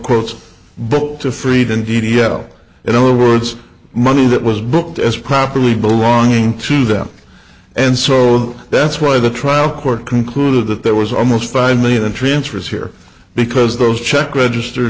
booked to freedom d d l in other words money that was booked as properly belonging to them and so on that's why the trial court concluded that there was almost five million transfers here because those check register